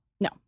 No